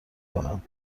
کنم